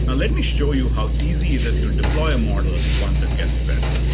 ah let me show you how easy it is to deploy a model once it gets picked.